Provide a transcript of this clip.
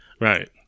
Right